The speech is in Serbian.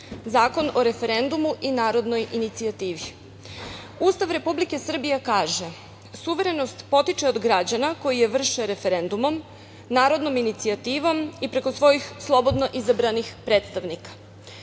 Zakon o referendumu i narodnoj inicijativi. Ustav Republike Srbije kaže: „Suverenost potiče od građana koji vrše referendumom, narodnom inicijativom i preko svojih slobodno izabranih predstavnika“.Važeći